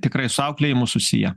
tikrai su auklėjimu susiję